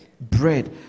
bread